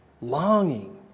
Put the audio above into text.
longing